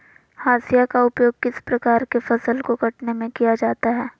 हाशिया का उपयोग किस प्रकार के फसल को कटने में किया जाता है?